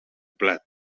plat